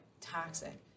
toxic